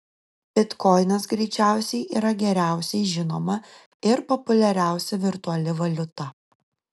bitkoinas greičiausiai yra geriausiai žinoma ir populiariausia virtuali valiuta